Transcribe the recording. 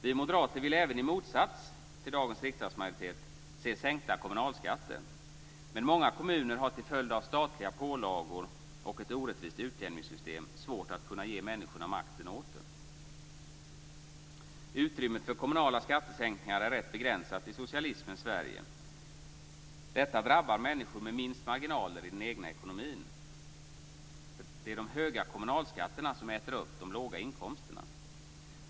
Vi moderater vill även, i motsats till dagens riksdagsmajoritet, se sänkta kommunalskatter. Men många kommuner har, till följd av statliga pålagor och ett orättvist utjämningssystem, svårt att ge människorna makten åter. Utrymmet för kommunala skattesänkningar är rätt begränsat i socialismens Sverige. Detta drabbar människor med minst marginaler i den egna ekonomin. Det är de höga kommunalskatterna som äter upp de låga inkomsterna.